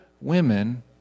women